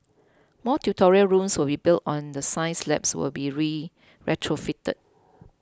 more tutorial rooms will be built and the science labs will be re retrofitted